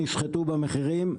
נשחטו במחירים.